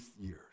years